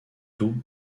double